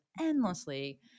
endlessly